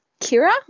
Kira